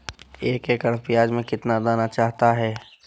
एक एकड़ प्याज में कितना दाना चाहता है?